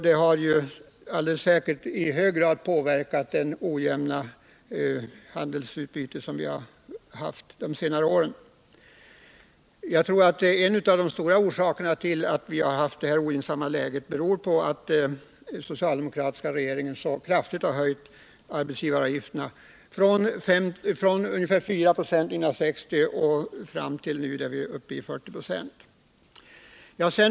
Detta har i hög grad bidragit till det ogynnsamma handelsutbyte som vi haft under de senare åren. En av de stora orsakerna till vårt ogynnsamma kostnadsläge och försämrade konkurrenskraft är att den socialdemokratiska regeringen så kraftigt höjde arbetsgivaravgifterna — från ca 4 96 1960 är vi nu uppe i ca 40 96.